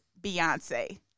Beyonce